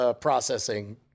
processing